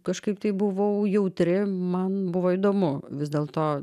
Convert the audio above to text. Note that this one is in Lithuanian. kažkaip tai buvau jautri man buvo įdomu vis dėl to